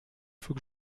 faut